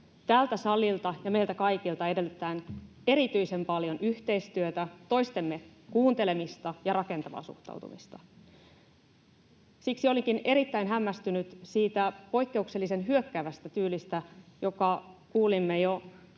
tältä salilta ja meiltä kaikilta edellytetään erityisen paljon yhteistyötä, toistemme kuuntelemista ja rakentavaa suhtautumista. Siksi olinkin erittäin hämmästynyt siitä poikkeuksellisen hyökkäävästä tyylistä, jota kuulimme jo